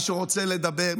מי שרוצה לדבר,